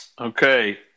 Okay